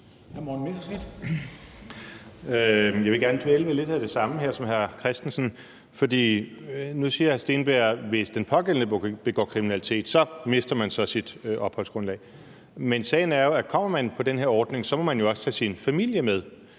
Jeg vil gerne dvæle ved lidt af det samme, som hr. René Christensen. For nu siger hr. Andreas Steenberg, at hvis den pågældende begår kriminalitet, så mister man sit opholdsgrundlag. Men sagen er jo, at kommer man på den her ordning, må man jo også tage sin familie med